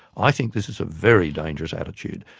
i think this is a very dangerous attitude.